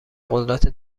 قدرت